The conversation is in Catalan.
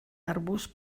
arbust